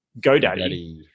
GoDaddy